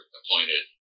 appointed